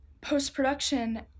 post-production